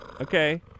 Okay